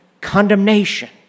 condemnation